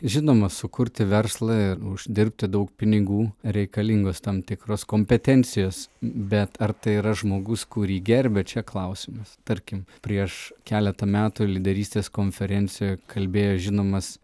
žinoma sukurti verslą ir uždirbti daug pinigų reikalingos tam tikros kompetencijos bet ar tai yra žmogus kurį gerbia čia klausimas tarkim prieš keletą metų lyderystės konferencijoje kalbėjo žinomas